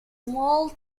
small